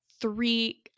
three